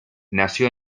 nació